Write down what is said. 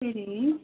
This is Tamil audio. சரி